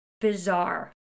bizarre